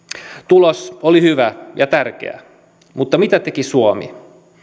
tulos oli hyvä ja tärkeä mutta mitä teki suomi